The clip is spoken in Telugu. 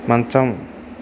మంచం